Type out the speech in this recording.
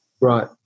Right